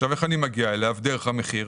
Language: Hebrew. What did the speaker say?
איך אני מגיע אליו דרך המחיר?